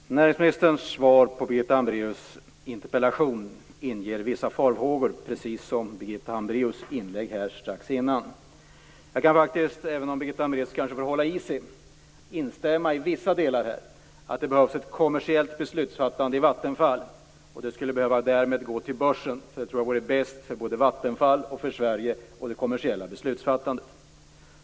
Fru talman! Näringsministerns svar på Birgitta Hambraeus interpellation inger vissa farhågor, precis som Birgitta Hambraeus inlägg här tidigare. Jag kan faktiskt, även om Birgitta Hambraeus kanske får hålla i sig, instämma i vissa delar, nämligen att det behövs ett kommersiellt beslutsfattande i Vattenfall. Jag tror att det vore bäst för Vattenfall, Sverige och det kommersiella beslutsfattandet om Vattenfall fanns på börsen.